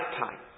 lifetime